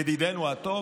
ידידינו הטוב,